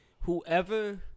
whoever